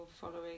following